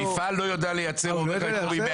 המפעל לא יודע לייצר יותר מ-100,000.